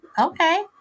Okay